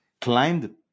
climbed